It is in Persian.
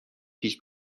پیش